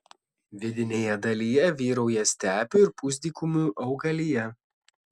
vidinėje dalyje vyrauja stepių ir pusdykumių augalija